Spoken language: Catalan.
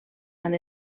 han